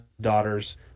daughters